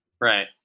Right